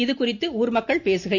இதுகுறித்து ஊர்மக்கள் பேசுகையில்